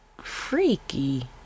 Freaky